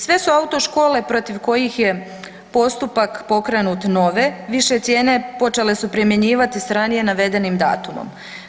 Sve su autoškole protiv kojih je postupak pokrenut nove više cijene počele se primjenjivat s ranije navedenim datumom.